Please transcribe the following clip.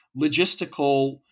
logistical